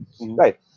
right